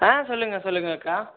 ஆ சொல்லுங்கள் சொல்லுங்கக்கா